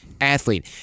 athlete